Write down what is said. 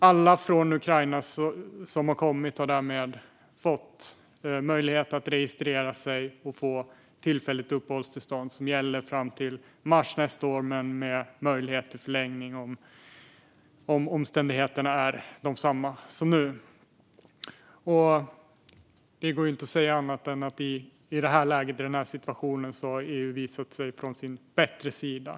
Alla som kommit från Ukraina har därmed fått möjlighet att registrera sig och få tillfälligt uppehållstillstånd som gäller fram till mars nästa år, med möjlighet till förlängning om omständigheterna är desamma som nu. Det går inte att säga annat än att EU i den här situationen har visat sig från sin bättre sida.